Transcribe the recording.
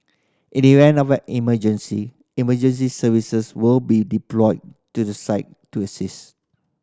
in the event of an emergency emergency services will be deployed to the site to assist